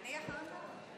אני אחרונה.